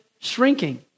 shrinking